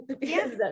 Yes